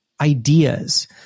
ideas